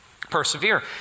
Persevere